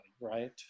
right